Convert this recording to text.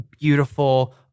beautiful